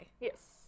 Yes